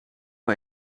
wel